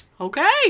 Okay